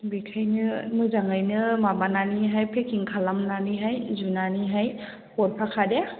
बेनिखायनो मोजाङैनो माबानानैहाय पेकिं खालामनानैहाय जुनानैहाय हरफाखा दे